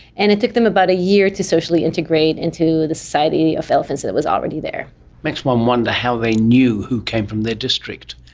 and it took them about a year to socially integrate into the society of elephants that was already there. it makes one wonder how they knew who came from their district.